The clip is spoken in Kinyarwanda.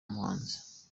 umuhanzi